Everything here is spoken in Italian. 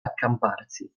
accamparsi